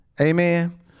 amen